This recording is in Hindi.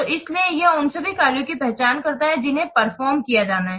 तो इसलिए यह उन सभी कार्यों की पहचान करता है जिन्हें परफॉर्म किया जाना है